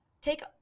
take